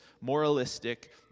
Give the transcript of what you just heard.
moralistic